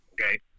Okay